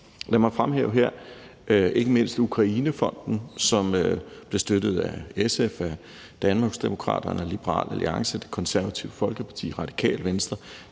Lad mig her fremhæve ikke mindst Ukrainefonden, som blev støttet af SF, Danmarksdemokraterne, Liberal Alliance, Det Konservative Folkeparti, Radikale Venstre,